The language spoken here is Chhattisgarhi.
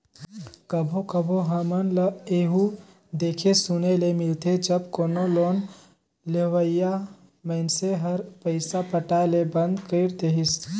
कभों कभों हमन ल एहु देखे सुने ले मिलथे जब कोनो लोन लेहोइया मइनसे हर पइसा पटाए ले बंद कइर देहिस